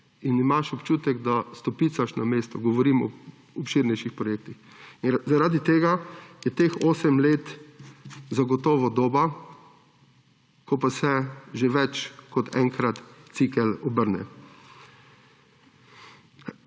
in imaš občutek, da stopicaš na mestu. Govorim o obširnejših projektih. Zaradi tega je teh 8 let zagotovo doba, ko pa se že več kot enkrat cikel obrne.